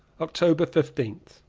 october fifteenth.